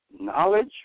Knowledge